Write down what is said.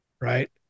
right